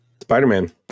Spider-Man